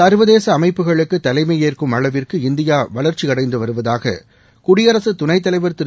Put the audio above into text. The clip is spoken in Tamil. சர்வதேச அமைப்புகளுக்கு தலைமையேற்கும் அளவிற்கு இந்தியா வளர்ச்சியடைந்து வருவதாக குடியரசு துணைத் தலைவர் திரு